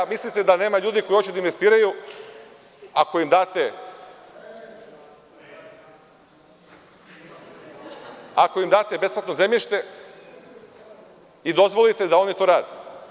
Mislite da nema ljudi koji hoće da investiraju ako im date besplatno zemljište i dozvolite da oni to rade?